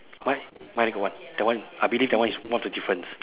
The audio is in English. mi~ mine got one that one I believe that one is one of the difference